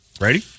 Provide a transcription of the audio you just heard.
Ready